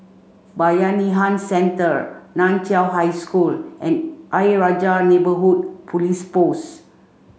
Bayanihan Centre Nan Chiau High School and Ayer Rajah Neighbourhood Police Post